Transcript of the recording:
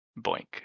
Boink